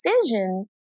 decision